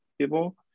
people